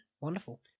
Wonderful